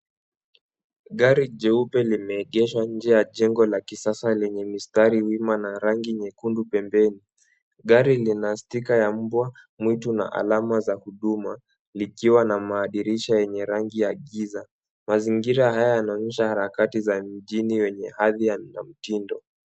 Gari jeupe limeegeshwa nje ya jengo la kisasa lenye mistari wima na rangi nyekundu pembeni. Gari lina stika ya mbwa mwitu na alama za huduma likiwa na madirisha yenye rangi ya giza. Mazingira haya yanaonyesha harakati za mjini wenye hali na mtindo.